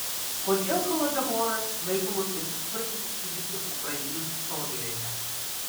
kodėl holodomoras laikomas tokiu svarbiu įvykiu ukrainos istorijoje